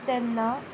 तेन्ना